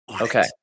Okay